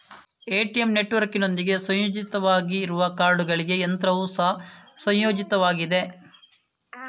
ATM ನೆಟ್ವರ್ಕಿನೊಂದಿಗೆ ಸಂಯೋಜಿತವಾಗಿರುವ ಕಾರ್ಡುಗಳಿಗೆ ಯಂತ್ರವು ಸಹ ಸಂಯೋಜಿತವಾಗಿದೆ